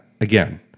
again